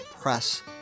Press